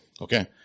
Okay